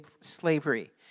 slavery